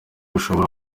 ushobora